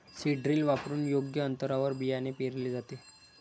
seed drill वापरून योग्य अंतरावर बियाणे पेरले जाते